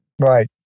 Right